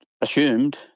assumed